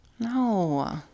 No